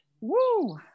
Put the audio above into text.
Woo